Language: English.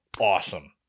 awesome